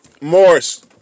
Morris